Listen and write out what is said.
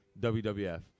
WWF